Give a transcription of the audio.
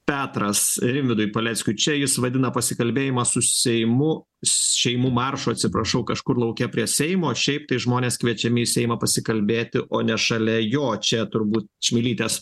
petras rimvydui paleckiui čia jis vadina pasikalbėjimą su seimu šeimų maršu atsiprašau kažkur lauke prie seimo šiaip tai žmonės kviečiami į seimą pasikalbėti o ne šalia jo čia turbūt čmilytės